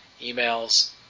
emails